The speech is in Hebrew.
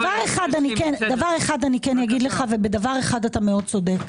בדבר אחד אתה מאוד צודק.